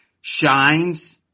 shines